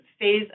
phase